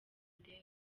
undebe